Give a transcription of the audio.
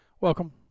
Welcome